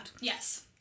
Yes